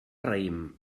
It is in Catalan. raïm